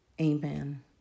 amen